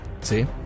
See